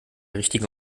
richtigen